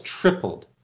tripled